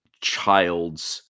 child's